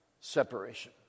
separation